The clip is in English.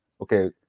okay